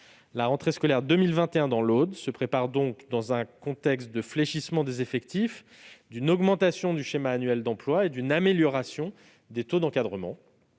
La rentrée scolaire 2021 dans l'Aude se prépare donc dans un contexte de fléchissement des effectifs, d'une augmentation du schéma annuel d'emploi et d'une amélioration des taux d'encadrement.